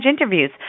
interviews